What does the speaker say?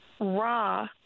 raw